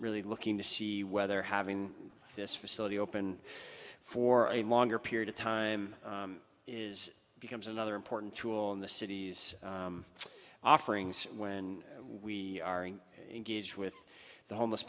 really looking to see whether having this facility open for a longer period of time is becomes another important tool in the city's offerings when we engage with the homeless